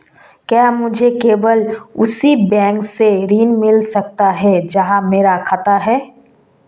क्या मुझे केवल उसी बैंक से ऋण मिल सकता है जहां मेरा खाता है?